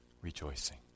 rejoicing